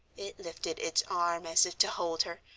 it lifted its arm as if to hold her,